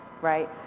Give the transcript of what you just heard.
right